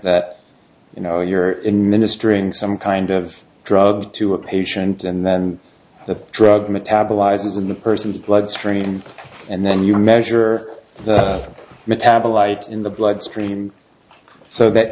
that you know you're in ministering some kind of drug to a patient and then the drug metabolizing in the person's bloodstream and then you measure the metabolite in the bloodstream so that